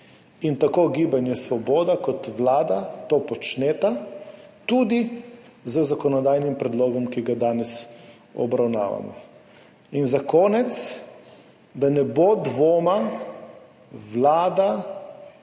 In tako Gibanje Svoboda kot Vlada to počneta tudi z zakonodajnim predlogom, ki ga danes obravnavamo. Za konec, da ne bo dvoma, Vlada